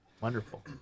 Wonderful